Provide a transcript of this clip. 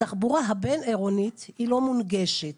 התחבורה הבין-עירונית לא מונגשת.